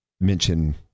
mention